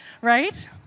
Right